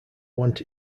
want